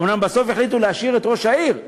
אומנם, בסוף החליטו להשאיר את ראש העיר,